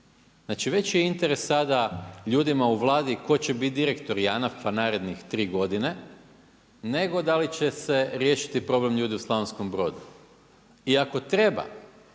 Znači veći je interes sada ljudima u Vladi tko će biti direktor JANAF-a narednih 3 godine nego da li će se riješiti problem ljudi u Slavonskom Brodu. I ako treba,